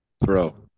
bro